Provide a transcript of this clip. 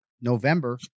November